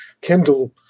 Kindle